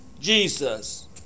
Jesus